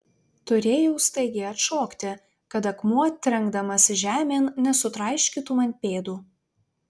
turėjau staigiai atšokti kad akmuo trenkdamasis žemėn nesutraiškytų man pėdų